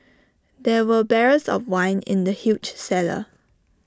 there were barrels of wine in the huge cellar